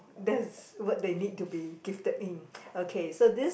that's what they need to be gifted in okay so this